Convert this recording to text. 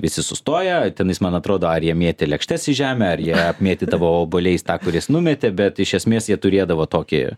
visi sustoję tenais man atrodo ar jie mėtė lėkštes į žemę ar jie apmėtydavo obuoliais tą kuris numetė bet iš esmės jie turėdavo tokį